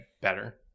better